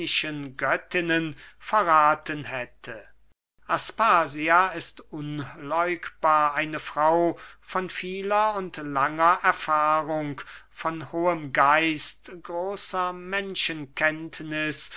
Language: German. hätte aspasia ist unleugbar eine frau von vieler und langer erfahrung von hohem geist großer menschenkenntniß